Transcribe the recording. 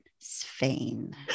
Svein